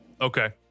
Okay